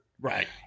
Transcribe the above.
Right